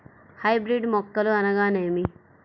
Hybrid మొక్కలు అనగానేమి?